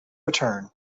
return